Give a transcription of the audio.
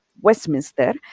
Westminster